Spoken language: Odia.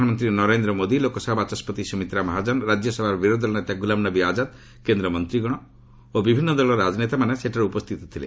ପ୍ରଧାନମନ୍ତ୍ରୀ ନରେନ୍ଦ୍ର ମୋଦି ଲୋକସଭା ବାଚସ୍କତି ସୁମିତ୍ରା ମହାଜନ ରାଜ୍ୟସଭାରେ ବିରୋଧୀଦଳ ନେତା ଗୁଲାମ ନବୀ ଆଜ୍ଜାଦ କେନ୍ଦ୍ରମନ୍ତ୍ରୀଗଣ ଓ ବିଭିନ୍ନ ଦଳର ରାଜନେତାମାନେ ସେଠାରେ ଉପସ୍ଥିତ ଥିଲେ